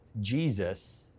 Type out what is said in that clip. Jesus